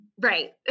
Right